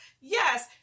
yes